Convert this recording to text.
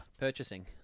purchasing